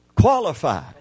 qualified